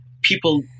people